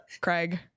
craig